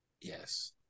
Yes